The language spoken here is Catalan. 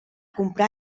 comprar